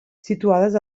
situades